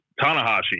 Tanahashi